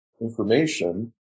information